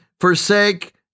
forsake